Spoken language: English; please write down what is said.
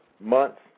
months